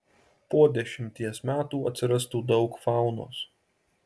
po dešimties metų atsirastų daug faunos